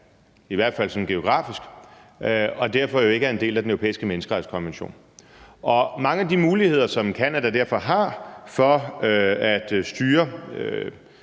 i hvert fald sådan geografisk, og derfor ikke er en del af den europæiske menneskerettighedskonvention. Mange af de muligheder, som Canada derfor har for at styre